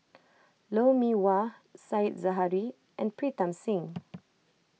Lou Mee Wah Said Zahari and Pritam Singh